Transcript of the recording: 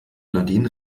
nadine